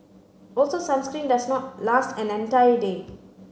also sunscreen does not last an entire day